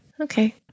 Okay